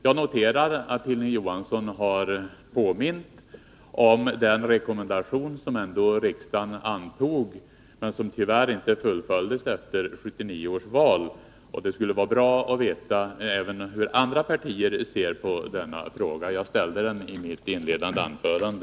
Jag noterar att Hilding Johansson har påmint om den rekommendation som riksdagen antog men som tyvärr inte fullföljdes efter 1979 års val. Det skulle vara bra att veta även hur andra partier ser på denna fråga. Jag ställde den i mitt inledande anförande.